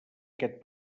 aquest